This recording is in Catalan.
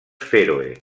fèroe